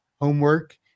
homework